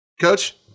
Coach